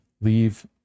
leave